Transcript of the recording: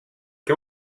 què